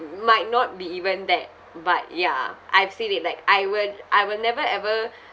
m~ might not be even that but ya I've seen it like I will I will never ever